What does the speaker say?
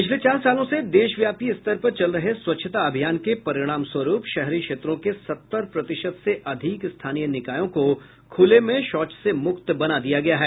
पिछले चार सालों से देशव्यापी स्तर पर चल रहे स्वच्छता अभियान के परिणामस्वरूप शहरी क्षेत्रों के सत्तर प्रतिशत से अधिक स्थानीय निकायों को खुले में शौच से मुक्त बना दिया गया है